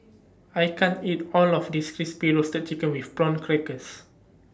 I can't eat All of This Crispy Roasted Chicken with Prawn Crackers